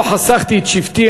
לא חסכתי את שבטי,